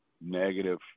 negative